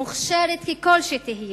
מוכשרת ככל שתהיה,